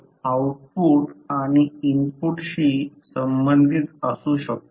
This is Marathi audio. तर ते d ∅ d i आणि d i d t आहे